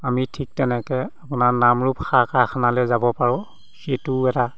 আমি ঠিক তেনেকৈ আপোনাৰ নামৰূপ সাৰ কাৰখানালৈ যাব পাৰো সেইটোও এটা